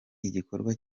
igikorwa